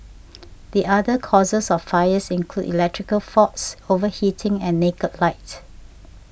the other causes of fires include electrical faults overheating and naked light